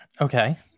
okay